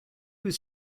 was